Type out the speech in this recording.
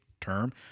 term